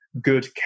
good